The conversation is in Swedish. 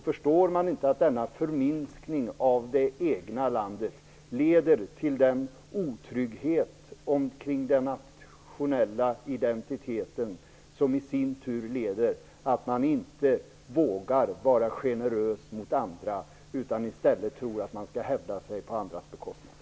Förstår ni inte att denna förminskning av det egna landet leder till en otrygghet omkring den nationella identiteten som i sin tur leder till att man inte vågar vara generös mot andra, utan i stället tror att man skall hävda sig på andras bekostnad?